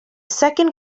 second